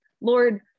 Lord